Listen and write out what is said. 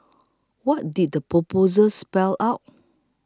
what did the proposal spell out